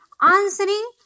answering